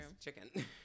chicken